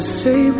say